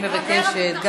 אני מבקשת,